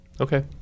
Okay